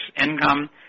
income